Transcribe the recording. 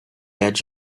edge